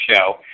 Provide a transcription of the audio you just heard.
show